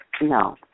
No